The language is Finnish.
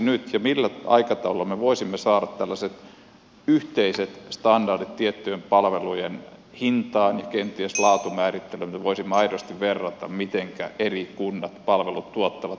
millä aikataululla me voisimme saada tällaiset yhteiset standardit tiettyjen palvelujen hintaan ja kenties laatumäärittelyyn että me voisimme aidosti verrata mitenkä eri kunnat tai yksityiset tai kolmannen sektorin tuottajat palvelut tuottavat